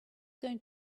going